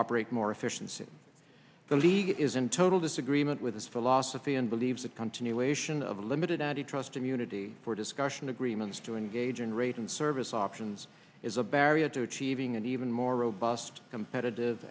operate more efficiency the league is in total disagreement with this philosophy and believes that continuation of a limited anti trust immunity for discussion agreements to engage in rate and service options is a barrier to achieving an even more robust competitive